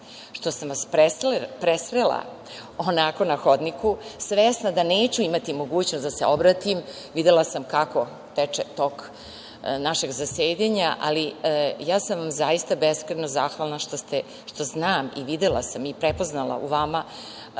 što sam vas presrela onako na hodniku, svesna da neću imati mogućnost da se obratim, videla sam kako teče tok našeg zasedanja, ali ja sam vam zaista beskrajno zahvalna što znam i videla sam i prepoznala u vama